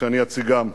ושאני אציגן.